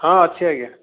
ହଁ ଅଛି ଆଜ୍ଞା